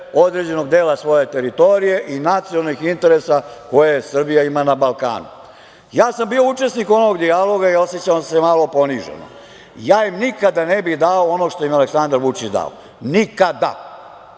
određenog dela svoje teritorije i nacionalnih interesa koje Srbija ima na Balkanu. Ja sam bio učesnik onog dijaloga i osećam se malo poniženo. Ja im nikada ne bih dao ono što im je Aleksandar Vučić dao. Nikada.